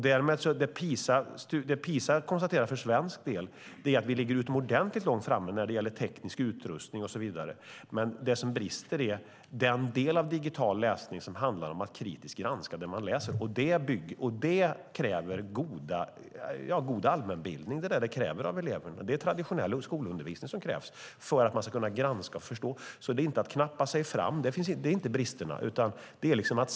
Det som PISA-studien konstaterar för svensk del är att vi ligger utomordentligt långt fram när det gäller teknisk utrustning och så vidare. Men det som brister är den del av den digitala läsningen som handlar om att kritiskt granska det som man läser. Det kräver att eleverna har god allmänbildning. Det krävs traditionell skolundervisning för att man ska kunna granska och förstå. Det är inte brister när det gäller att knappa sig fram.